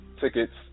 Tickets